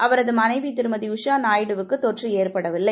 அவரது மனைவி திருமதி உஷா நாயுடுவுக்கு தொற்று ஏற்படவில்லை